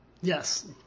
Yes